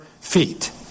feet